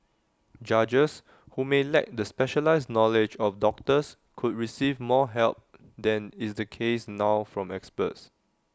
judges who may lack the specialised knowledge of doctors could receive more help than is the case now from experts